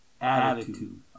attitude